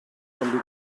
von